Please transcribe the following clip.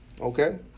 Okay